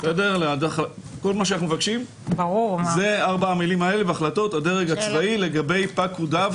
מבקשים להוסיף את ארבעת המילים האלה: והחלטות הדרג הצבאי לגבי פקודיו.